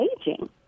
aging